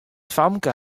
famke